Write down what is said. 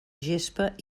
gespa